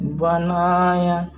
banaya